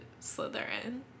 Slytherin